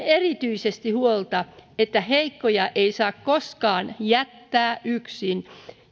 erityisesti huolta siitä että heikkoja ei saa koskaan jättää yksin